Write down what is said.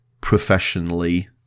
professionally